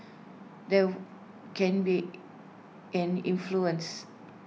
there can be an influence